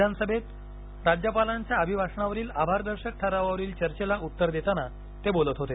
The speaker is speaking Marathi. विधानसभेत राज्यपालांच्या अभिभाषणावरील आभारदर्शक ठरावावरील चर्चेला उत्तर देताना ते बोलत होते